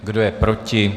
Kdo je proti?